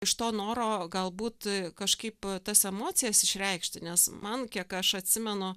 iš to noro galbūt kažkaip tas emocijas išreikšti nes man kiek aš atsimenu